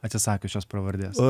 atsisakius šios pravardės